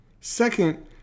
Second